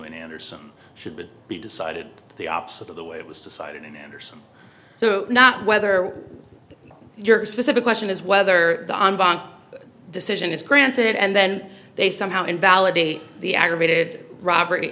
in anderson should be decided the opposite of the way it was decided in anderson so not whether your specific question is whether the decision is granted and then they somehow invalidate the aggravated